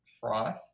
froth